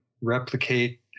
replicate